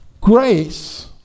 Grace